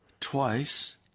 twice